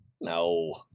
No